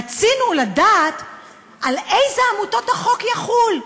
רצינו לדעת על איזה עמותות החוק יחול.